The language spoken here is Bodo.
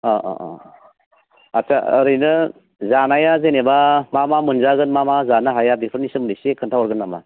अह अह अह आत्सा ओरैनो जानाया जेनेबा मा मा मोनजागोन मा मा जानो हाया बेफोरनि सोमोन्दै एसे खोन्थाहरगोन नामा